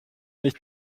nicht